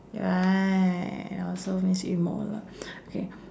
ya I also miss yu mou lah okay